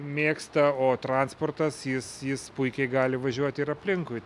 mėgsta o transportas jis jis puikiai gali važiuoti ir aplinkui